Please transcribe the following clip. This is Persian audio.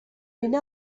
بینه